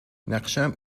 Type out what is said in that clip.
نقشم